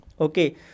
Okay